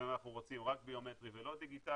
לפעמים אנחנו רוצים רק ביומטרי ולא דיגיטלי